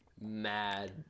mad